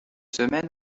semaines